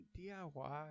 DIY